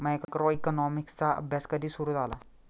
मायक्रोइकॉनॉमिक्सचा अभ्यास कधी सुरु झाला?